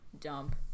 dump